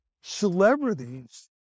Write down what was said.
celebrities